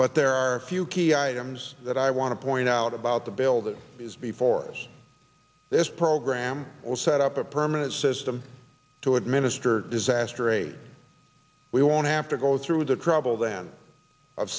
but there are a few key items that i want to point out about the bill that is before this program will set up a permanent system to administer disaster aid we won't have to go through the trouble then of